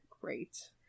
great